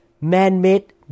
man-made